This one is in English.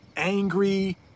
Angry